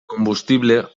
combustible